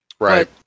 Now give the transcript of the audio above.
Right